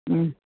മ്മ്